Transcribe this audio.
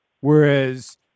Whereas